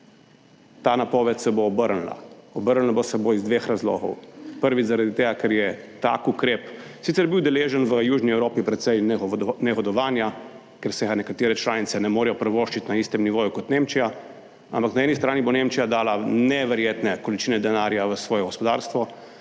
Ta napoved se bo obrnila, obrnila se bo iz dveh razlogov, prvič zaradi tega, ker je tak ukrep sicer bil deležen v južni Evropi precej negodovanja, ker si ga nekatere članice ne morejo privoščiti na istem nivoju kot Nemčija, ampak na eni strani bo Nemčija dala neverjetne količine denarja v svoje gospodarstvo,